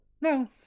No